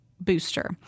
Booster